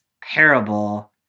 parable